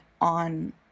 on